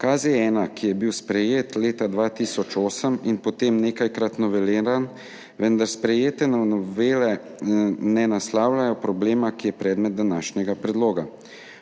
KZ-1, ki je bil sprejet leta 2008 in potem nekajkrat noveliran, vendar sprejete novele ne naslavljajo problema, ki je predmet današnjega predloga.